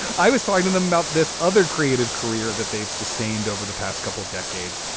i was talking to them about this other creative career that they've sustained over the past couple decades,